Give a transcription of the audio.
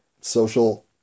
social